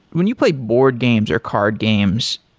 when you play board games or card games,